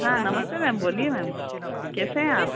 हाँ नमस्ते मैम बोलिए मैम कैसे हैं आप